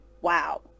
Wow